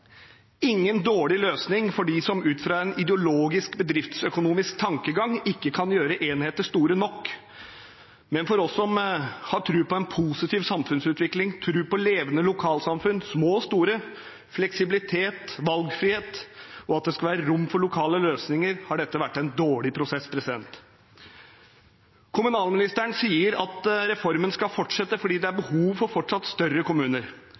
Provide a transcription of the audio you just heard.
ingen dårlig løsning for dem som ut fra en ideologisk bedriftsøkonomisk tankegang ikke kan gjøre enheter store nok. Men for oss som har tro på en positiv samfunnsutvikling, tro på levende lokalsamfunn – små og store – på fleksibilitet, valgfrihet og på at det skal være rom for lokale løsninger, har dette vært en dårlig prosess. Kommunalministeren sier at reformen skal fortsette fordi det er behov for fortsatt større kommuner.